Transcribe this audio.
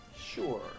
Sure